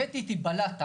הבאתי איתי בלטה,